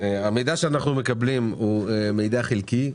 המידע שאנחנו מקבלים הוא מידע חלקי,